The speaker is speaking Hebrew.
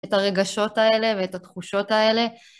את הרגשות האלה ואת התחושות האלה.